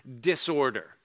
disorder